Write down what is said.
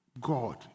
god